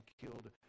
killed